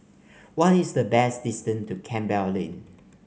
what is the best distance to Campbell Lane